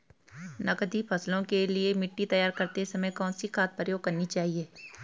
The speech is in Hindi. नकदी फसलों के लिए मिट्टी तैयार करते समय कौन सी खाद प्रयोग करनी चाहिए?